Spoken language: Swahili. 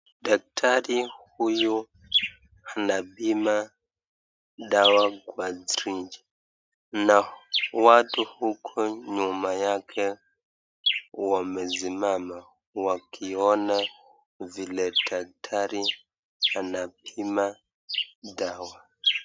Daktari huyu anapima dawa kwa syringe , na watu huko nyuma yake wamesimama wakiona vile daktari anapima dawa.